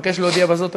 אבקש להודיע בזאת,